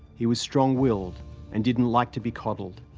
he was strong willed and didn't like to be coddled.